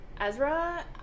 Ezra